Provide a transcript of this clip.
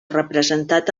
representat